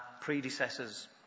predecessors